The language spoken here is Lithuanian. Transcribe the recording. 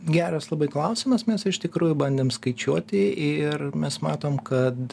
geras labai klausimas mes iš tikrųjų bandėm skaičiuoti ir mes matom kad